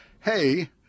Hey